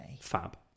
Fab